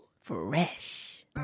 Fresh